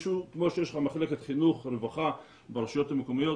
כמו שיש לך מחלקת חינוך ורווחה ברשויות המקומיות